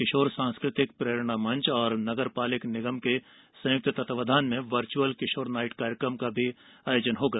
किशोर सांस्कृतिक प्रेरणा मंच और नगर पालिक निगम के संयुक्त तत्वावधान में वर्चुअल किशोर नाइट कार्यक्रम होगा